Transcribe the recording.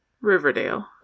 riverdale